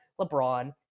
LeBron